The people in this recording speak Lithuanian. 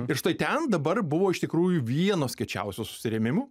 ir štai ten dabar buvo iš tikrųjų vienos kiečiausių susirėmimų